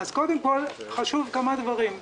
קודם כול, חשובים כמה דברים.